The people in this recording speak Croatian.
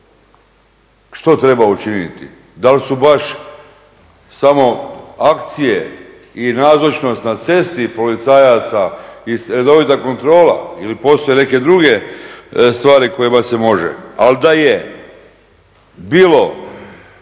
Što treba učiniti? Da li su baš samo akcije i nazočnost na cesti policajaca i redovita kontrola ili postoje neke druge stvari kojima se može.